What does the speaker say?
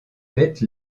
bêtes